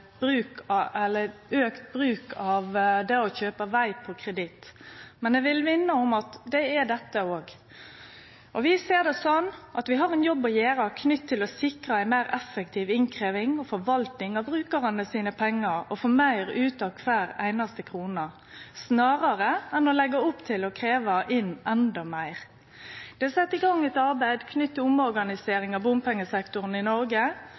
bruk av å kjøpe veg på kreditt. Men eg vil minne om at det er dette òg. Vi ser det slik at vi har ein jobb å gjere med å sikre ei meir effektiv innkrevjing og forvalting av brukarane sine pengar og få meir ut av kvar einaste krone, snarare enn å leggje opp til å krevje inn endå meir. Det er sett i gang eit arbeid knytt til omorganisering av bompengesektoren i Noreg.